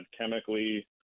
chemically